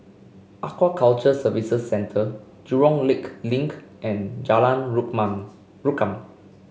Aquaculture Services Centre Jurong Lake Link and Jalan Rukam